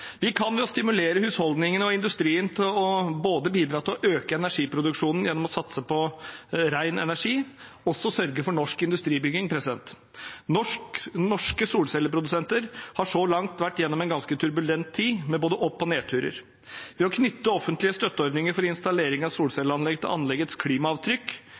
Vi kan ved å stimulere husholdningene og industrien til å bidra til å øke energiproduksjonen gjennom å satse på ren energi også sørge for norsk industribygging. Norske solcelleprodusenter har så langt vært gjennom en ganske turbulent tid med både opp- og nedturer. Ved å knytte offentlige støtteordninger for installering av solcelleanlegg til anleggets klimaavtrykk